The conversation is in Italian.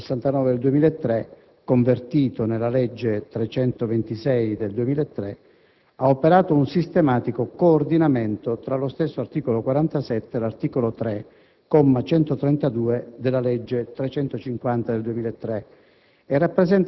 269 del 2003, convertito nella legge n. 326 del 2003) ha operato un sistematico coordinamento tra lo stesso articolo 47 e l'articolo 3, comma 132, della legge n. 350 del 2003